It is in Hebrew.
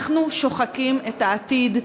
אנחנו שוחקים את העתיד,